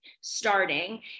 starting